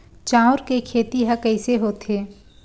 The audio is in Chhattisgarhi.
चांउर के खेती ह कइसे होथे?